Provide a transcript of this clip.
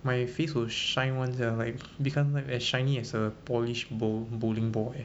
my face will shine [one] sia like become as shiny as a polish bowl bowling ball eh